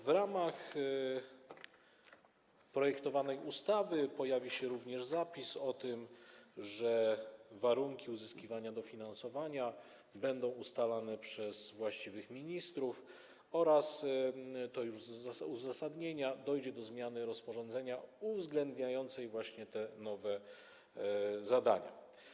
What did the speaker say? W ramach projektowanej ustawy pojawi się również zapis o tym, że warunki uzyskiwania dofinansowania będą ustalane przez właściwych ministrów oraz - to już z uzasadnienia - dojdzie do zmiany rozporządzenia uwzględniającej te nowe zadania.